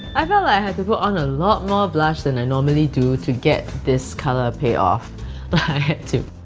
i felt like i had to put on a lot more blush than i normally do to get this colour pay-off. like but i had to